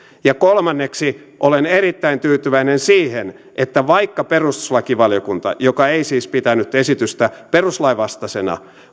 kolmanneksi olen erittäin tyytyväinen siihen että vaikka perustuslakivaliokunta joka ei siis pitänyt esitystä perustuslain vastaisena